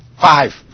Five